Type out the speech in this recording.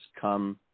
come